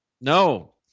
No